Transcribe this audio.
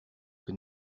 que